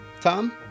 Tom